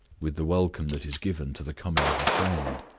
with the welcome that is given to the coming of a friend.